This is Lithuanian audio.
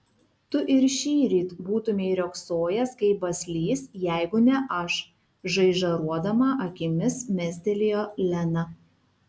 tu ir šįryt būtumei riogsojęs kaip baslys jeigu ne aš žaižaruodama akimis mestelėjo lena